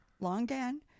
longan